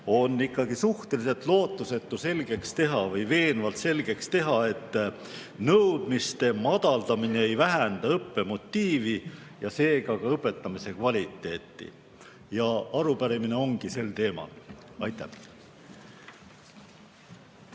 on suhteliselt lootusetu selgeks teha või veenvalt selgeks teha, et nõudmiste madaldamine ei vähenda õppe motiivi ja seega ka õpetamise kvaliteeti. Arupärimine ongi sel teemal. Aitäh!